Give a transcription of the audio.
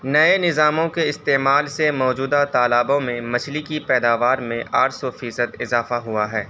نئے نظاموں کے استعمال سے موجودہ تالابوں میں مچھلی کی پیداوار میں آٹھ سو فیصد اضافہ ہوا ہے